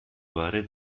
ware